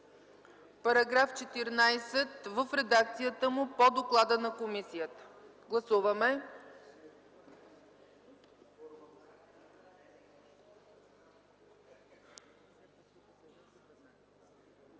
§ 14 в редакцията му по доклада на комисията. Гласували